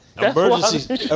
Emergency